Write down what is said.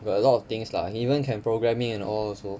got a lot of things lah even can programming and all also